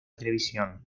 televisión